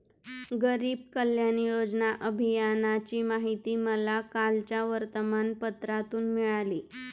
गरीब कल्याण योजना अभियानाची माहिती मला कालच्या वर्तमानपत्रातून मिळाली